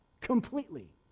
Completely